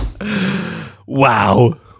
Wow